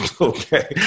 okay